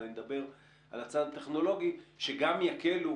אבל אני מדבר על הצד הטכנולוגי שגם יקלו